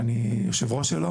שאני יושב הראש שלו